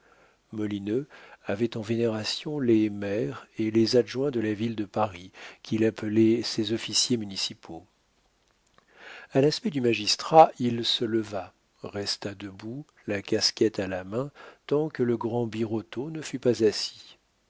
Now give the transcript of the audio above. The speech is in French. avait en vénération les maires et les adjoints de la ville de paris qu'il appelait ses officiers municipaux a l'aspect du magistrat il se leva resta debout la casquette à la main tant que le grand birotteau ne fut pas assis